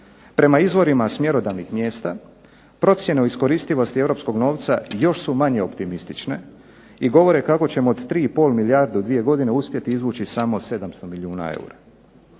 Prema izvorima s mjerodavnih mjesta procjene o iskoristivosti Europskog novca još su manje optimistične i govore kako ćemo od 3,5 milijarde u dvije godine uspjeti izvući samo 700 milijuna eura.